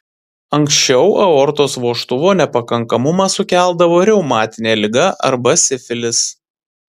anksčiau aortos vožtuvo nepakankamumą sukeldavo reumatinė liga arba sifilis